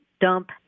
Dump